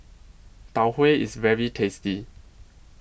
Tau Huay IS very tasty